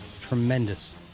tremendous